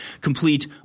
Complete